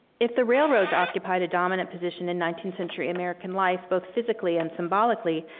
if the railroads occupied a dominant position in nineteenth century american life both physically and symbolically,